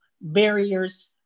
barriers